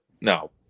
no